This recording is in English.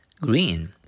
Green